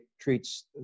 treats